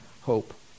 hope